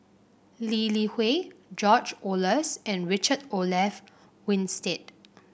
Lee Li Hui George Oehlers and Richard Olaf Winstedt